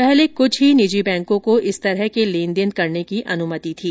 पहले क्छ ही निजी बैंकों को इस तरह के लेन देन करने की अनुमति थी